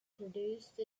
produced